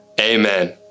amen